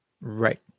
right